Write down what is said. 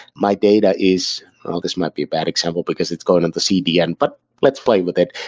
my data is this might be a bad example, because it's going into cdn, but let's play with it,